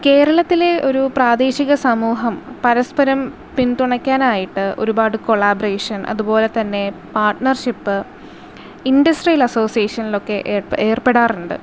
കേരളത്തിലെ ഒരു പ്രാദേശിക സമൂഹം പരസ്പരം പിന്തുണയ്ക്കാനായിട്ട് ഒരുപാട് കൊളാബ്രേഷൻ അതുപോലെ തന്നെ പാർട്ണർഷിപ്പ് ഇൻഡസ്ട്രിയൽ അസോസിയേഷൻലൊക്കെ ഏർ ഏർപ്പെടാറുണ്ട്